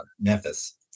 Memphis